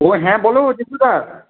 ও হ্যাঁ বলো যিশুদা